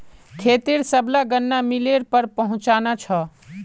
खेतेर सबला गन्ना मिलेर पर पहुंचना छ